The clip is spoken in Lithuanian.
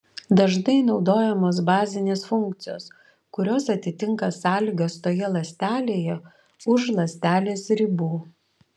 dažnai naudojamos bazinės funkcijos kurios atitinka sąlygas toje ląstelėje už ląstelės ribų